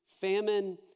Famine